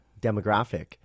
demographic